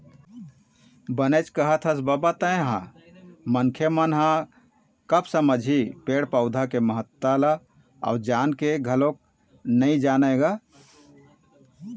बने कहत हस बबा तेंहा मनखे मन ह कब समझही पेड़ पउधा के महत्ता ल जान के घलोक नइ जानय गा